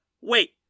Wait